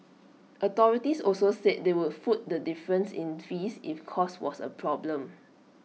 authorities also said they would foot the difference in fees if cost was A problem